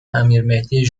امیرمهدی